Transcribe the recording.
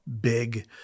big